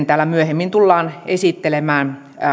täällä myöhemmin tullaan esittelemään